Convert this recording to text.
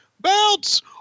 Bounce